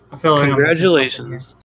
congratulations